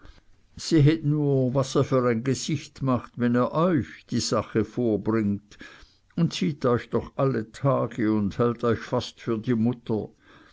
sehet nur was er für ein gesicht macht wenn er euch die sache vorbringt und sieht euch doch alle tage und hält euch fast für die mutter